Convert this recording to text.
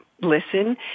listen